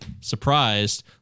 surprised